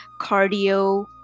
cardio